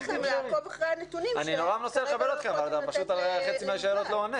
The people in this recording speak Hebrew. זה יאפשר לכם לעקוב אחרי הנתונים שכרגע לא אתם לא יכולים